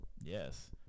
yes